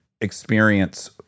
experience